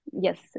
Yes